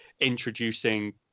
introducing